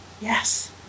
Yes